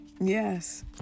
yes